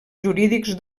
jurídics